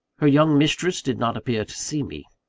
her young mistress did not appear to see me.